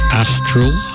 astral